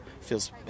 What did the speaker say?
feels